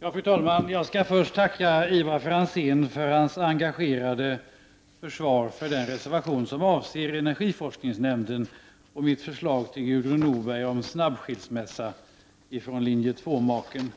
Fru talman! Jag skall först tacka Ivar Franzén för hans engagerade försvar för den reservation som avser energiforskningsnämnden och mitt förslag till Gudrun Norberg om snabb skilsmässa från linje 2-maken.